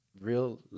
real